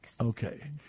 Okay